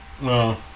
No